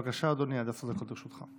בבקשה, אדוני, עד עשר דקות לרשותך.